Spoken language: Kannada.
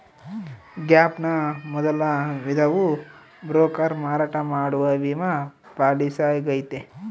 ಗ್ಯಾಪ್ ನ ಮೊದಲ ವಿಧವು ಬ್ರೋಕರ್ ಮಾರಾಟ ಮಾಡುವ ವಿಮಾ ಪಾಲಿಸಿಯಾಗೈತೆ